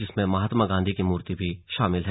जिसमें महात्मा गांधी की मूर्ति भी शामिल है